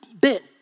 bit